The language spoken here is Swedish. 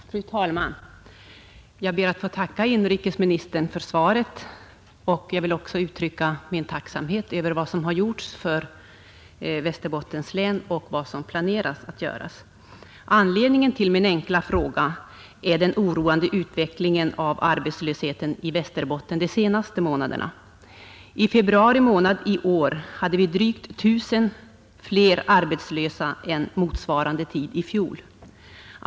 Fru talman! Jag ber att få tacka inrikesministern för svaret, och jag vill också uttrycka min tacksamhet över vad som gjorts för Västerbottens län och för vad man planerar att göra. Anledningen till min enkla fråga är den oroande utvecklingen av arbetslösheten i Västerbotten de senaste månaderna. I februari månad i år hade vi drygt 1 000 fler arbetslösa än motsvarande tid i fjol.